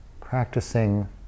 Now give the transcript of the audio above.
practicing